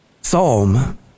Psalm